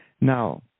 now